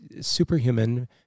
superhuman